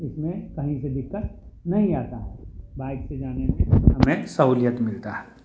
उस में कहीं से कोई दिक्कत नहीं आती है बाइक से जाने में हमें सहूलियत मिलता है